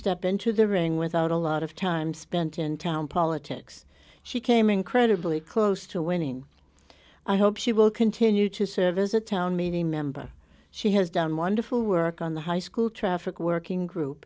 step into the ring without a lot of time spent in town politics she came incredibly close to winning i hope she will continue to serve as a town meeting member she has done wonderful work on the high school traffic working group